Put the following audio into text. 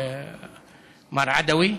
מר עדוי,